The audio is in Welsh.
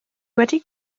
wedi